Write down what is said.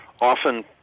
often